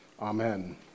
Amen